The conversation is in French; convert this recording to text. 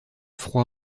froid